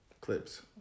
Clips